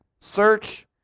search